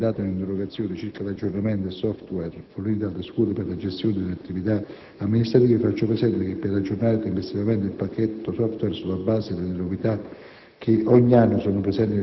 Con riguardo, poi, a quanto lamentato nell'interrogazione circa l'aggiornamento del *software* fornito alle scuole per la gestione delle attività amministrative, faccio presente che, per aggiornare tempestivamente il pacchetto *software* sulla base delle novità